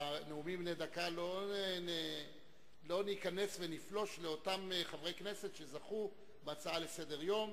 בנאומים בני דקה לא ניכנס ונפלוש לאותם חברי כנסת שזכו בהצעה לסדר-יום,